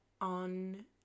on